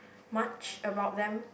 much about them